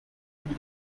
who